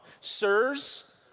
Sirs